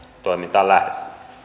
toimintaan lähde